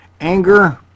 Anger